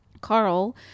Carl